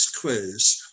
quiz